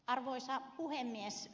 arvoisa puhemies